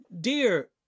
Dear